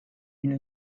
une